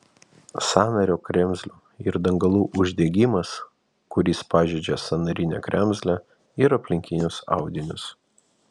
sąnario kremzlių ir dangalų uždegimas kuris pažeidžia sąnarinę kremzlę ir aplinkinius audinius